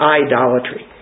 idolatry